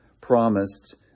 promised